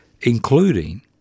Including